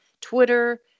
Twitter